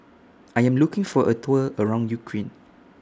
I Am looking For A Tour around Ukraine